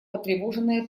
потревоженная